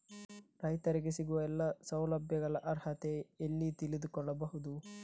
ರೈತರಿಗೆ ಸಿಗುವ ಎಲ್ಲಾ ಸೌಲಭ್ಯಗಳ ಅರ್ಹತೆ ಎಲ್ಲಿ ತಿಳಿದುಕೊಳ್ಳಬಹುದು?